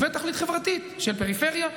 ותכלית חברתית של פריפריה,